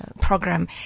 program